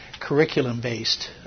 curriculum-based